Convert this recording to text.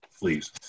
please